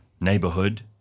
neighborhood